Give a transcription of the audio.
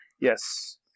Yes